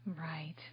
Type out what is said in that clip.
Right